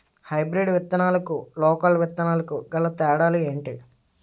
Hybrid విత్తనాలకు local విత్తనాలకు గల తేడాలు ఏంటి?